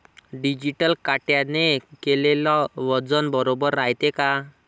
Digital काट्याने केलेल वजन बरोबर रायते का?